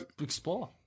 explore